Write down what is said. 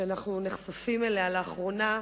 שאנחנו נחשפים אליה לאחרונה,